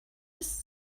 bis